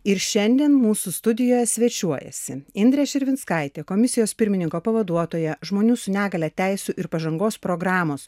ir šiandien mūsų studijoje svečiuojasi indrė širvinskaitė komisijos pirmininko pavaduotoja žmonių su negalia teisių ir pažangos programos